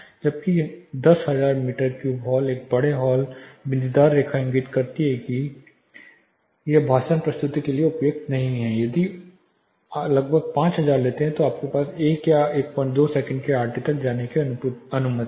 जबकि 10000 metre cube hall एक बड़ा हॉल बिंदीदार रेखा इंगित करती है कि यह भाषण प्रस्तुति के लिए बहुत उपयुक्त नहीं है यदि आप लगभग 5000 लेते हैं तो आपको 1 या 12 सेकंड के आरटी तक जाने की अनुमति है